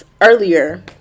earlier